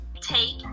take